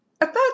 About